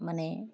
মানে